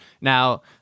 Now